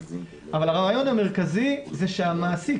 אבל הרעיון המרכזי זה שהמעסיק,